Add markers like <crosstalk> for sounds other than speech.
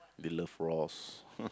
they love raws <laughs>